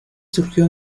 surgió